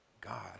god